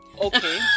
Okay